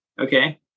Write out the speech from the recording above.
Okay